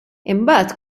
imbagħad